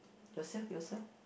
yourself yourself